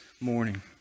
morning